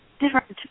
different